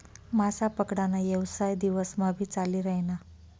मासा पकडा ना येवसाय दिवस मा भी चाली रायना